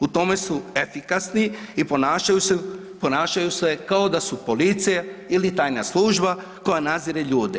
U tome su efikasni i ponašaju se kao da su policija ili tajna služba koja nadzire ljude.